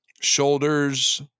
shoulders